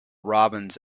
robins